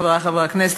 חברי חברי הכנסת,